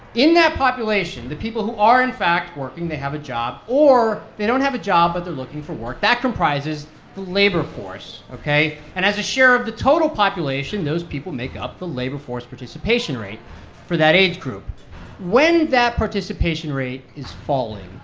in that population, the people who are, in fact, working they have a job, or they don't have a job, but they're looking for work that comprises the labor force, ok? and as a share of the total population, those people make up the labor force participation rate for that age group when that participation rate is falling,